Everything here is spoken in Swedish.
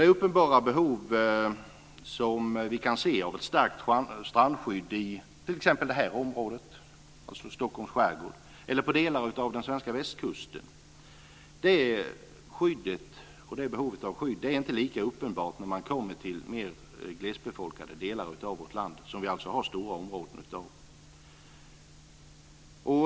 Det uppenbara behov som vi kan se av ett starkt strandskydd i t.ex. det här området, alltså Stockholms skärgård, eller på delar av den svenska västkusten, är inte lika uppenbart när man kommer till mer glesbefolkade delar av vårt land, som vi alltså har stora områden av.